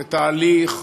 בתהליך,